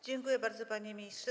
Dziękuję bardzo, panie ministrze.